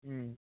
হুম